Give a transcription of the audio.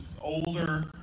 older